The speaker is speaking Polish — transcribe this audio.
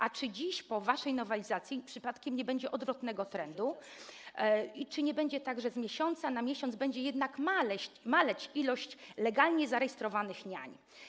A czy dziś, po waszej nowelizacji, przypadkiem nie będzie odwrotnego trendu i czy nie będzie tak, że z miesiąca na miesiąc będzie jednak maleć liczba legalnie zarejestrowanych niań?